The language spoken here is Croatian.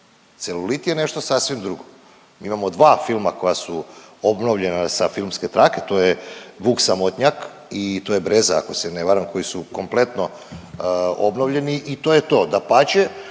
celulit je nešto sasvim drugo, mi imamo dva filma koja su obnovljena sa filmske trake to je Vuk samotnjak i to je Breza ako se ne valjam koji su kompletno obnovljeni i to je to. Dapače,